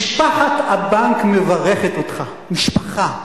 משפחת הבנק מברכת אותך, משפחה.